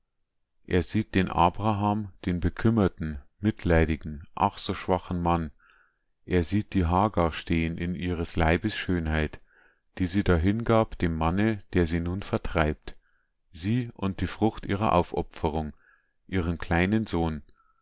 er sieht den abraham den bekümmerten mitleidigen ach so schwachen mann er sieht die hagar stehen in ihres leibes schönheit die sie dahingab dem manne der sie nun vertreibt sie und die frucht ihrer aufopferung ihren kleinen sohn